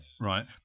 right